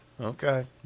Okay